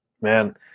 man